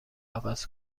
عوض